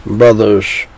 Brothers